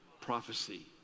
Prophecy